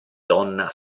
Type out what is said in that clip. donna